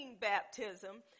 baptism